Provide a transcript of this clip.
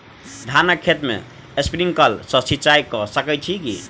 धानक खेत मे स्प्रिंकलर सँ सिंचाईं कऽ सकैत छी की?